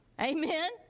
Amen